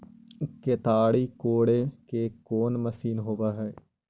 केताड़ी कोड़े के कोन मशीन होब हइ?